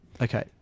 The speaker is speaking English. okay